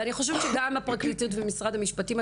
אני חושבת שגם הפרקליטות ומשרד המשפטים,